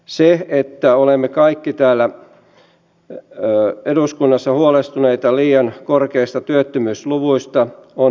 se että olemme kaikki täällä eduskunnassa huolestuneita liian korkeista työttömyysluvuista on hyvä asia